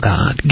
God